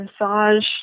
massage